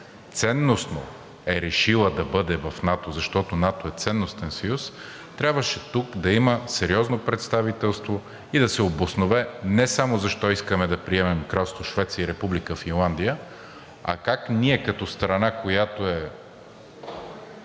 ценностно е решила да бъде в НАТО, защото НАТО е ценностен съюз, трябваше тук да има сериозно представителство и да се обоснове не само защо искаме да приемем Кралство Швеция и Република Финландия, а как ние като страна, която е